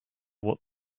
what